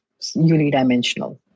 unidimensional